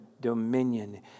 dominion